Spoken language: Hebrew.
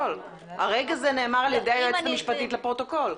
הרגע זה נאמר על-ידי היועצת המשפטית לפרוטוקול.